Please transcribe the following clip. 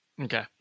Okay